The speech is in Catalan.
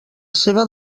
seva